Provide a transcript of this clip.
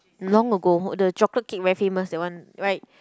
long ago the chocolate cake very famous that one right